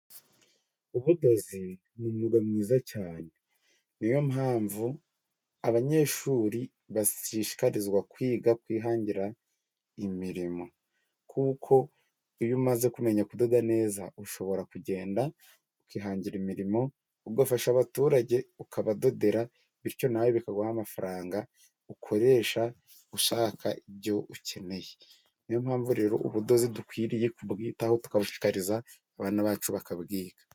Ubudozi ni umwuga mwiza cyane, niyo mpamvu abanyeshuri bashishikarizwa kwiga kwihangira imirimo, kuko iyo umaze kumenya kudoda neza ushobora kugenda ukihangira imirimo, ugafasha abaturage ukabadodera, bityo nawe bikaguha amafaranga ukoresha ushaka ibyo ukeneye, niyo mpamvu rero ubudozi dukwiriye kubwitaho, tukabushishikariza abana bacu bakabwiga.